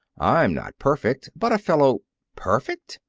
i'm not perfect, but a fellow perfect!